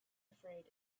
afraid